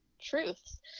truths